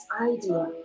idea